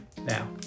now